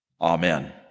Amen